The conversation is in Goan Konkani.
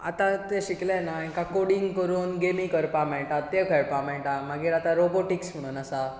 आतां ते शिकले न्हय काय कोडींग करून गेमी करपाक मेळटा ते खेळपाक मेळटा मागीर आता रोबोटीक्स म्हणून आसा